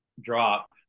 drop